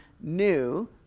new